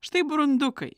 štai burundukai